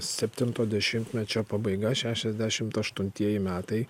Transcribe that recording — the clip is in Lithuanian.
septinto dešimtmečio pabaiga šešiasdešimt aštuntieji metai